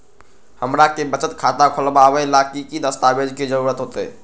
हमरा के बचत खाता खोलबाबे ला की की दस्तावेज के जरूरत होतई?